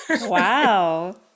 wow